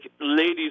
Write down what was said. ladies